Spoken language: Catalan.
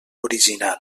original